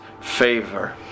favor